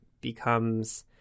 becomes